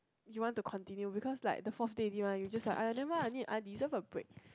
you want to continue because like the fourth day already mah you just like !aiya! I need I deserve a break